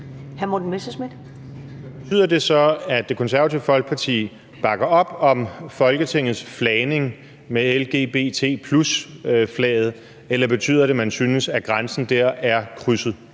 Morten Messerschmidt (DF): Betyder det så, at Det Konservative Folkeparti bakker op om Folketingets flagning med lgbt+-flaget, eller betyder det, at man synes, at grænsen dér er krydset?